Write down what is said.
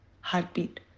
heartbeat